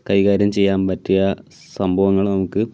കൈകാര്യം ചെയ്യാൻ പറ്റിയ സംഭവങ്ങൾ നമുക്ക്